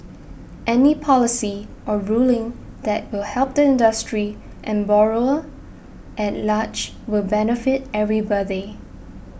any policy or ruling that will help the industry the borrower at large will benefit everybody